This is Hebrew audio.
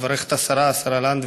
אני מברך את השרה לנדבר,